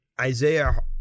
Isaiah